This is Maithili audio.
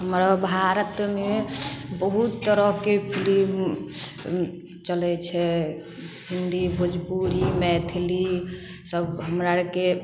हमर भारतमे बहुत तरहके फिलिम चलै छै हिन्दी भोजपुरी मैथिली सब हमरा आरके